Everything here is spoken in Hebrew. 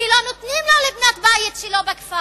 כי לא נותנים לו לבנות את הבית שלו בכפר,